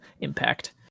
impact